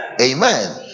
Amen